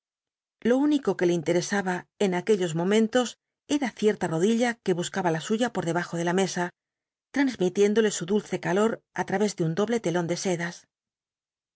lo único que le interesaba en aquellos momentos era cierta rodilla que buscaba la suya por debajo de la mesa transmitiéndole su dulce calor á través de un doble telón de sedas